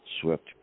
swept